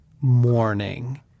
morning